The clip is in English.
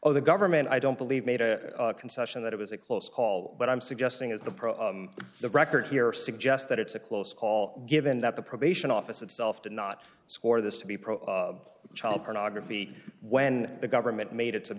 oh the government i don't believe made a concession that it was a close call what i'm suggesting is the the record here suggest that it's a close call given that the probation office itself did not score this to be pro child pornography when the government made it